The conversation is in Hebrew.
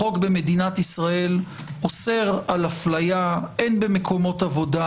החוק במדינת ישראל אוסר על אפליה הן במקומות עבודה,